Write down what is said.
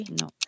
No